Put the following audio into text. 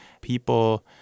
People